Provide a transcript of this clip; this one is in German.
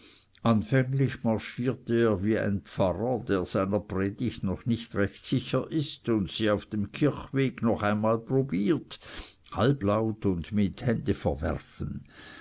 anfänglich marschierte er wie ein pfarrer der seiner predigt noch nicht recht sicher ist und sie auf dem kirchweg noch einmal probiert halblaut und mit händeverwerfen